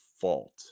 fault